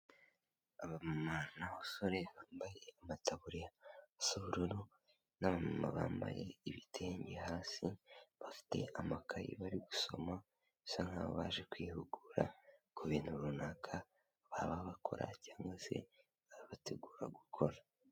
Abamama n'abasore bambaye amataburiya asa ubururu na bambaye ibitenge hasi bafite amakayi bari gusoma bisa nkaho baje kwihugura ku bintu runaka baba bakora cyangwa se baba bategura gukora.